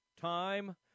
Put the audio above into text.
time